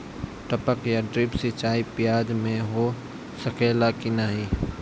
टपक या ड्रिप सिंचाई प्याज में हो सकेला की नाही?